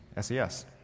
SES